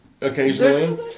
occasionally